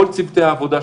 כל צוותי עבודה,